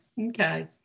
Okay